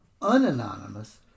unanonymous